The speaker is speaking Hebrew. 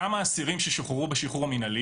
כמה אסירים שוחררו בשחרור המינהלי